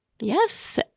Yes